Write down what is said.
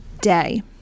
day